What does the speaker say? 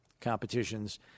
competitions